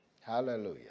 Hallelujah